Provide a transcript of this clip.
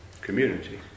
community